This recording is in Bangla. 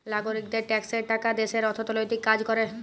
লাগরিকদের ট্যাক্সের টাকা দ্যাশের অথ্থলৈতিক কাজ ক্যরে